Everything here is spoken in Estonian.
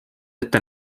ette